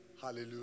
Hallelujah